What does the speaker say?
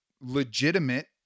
legitimate